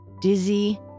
dizzy